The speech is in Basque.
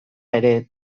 ere